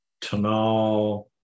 tonal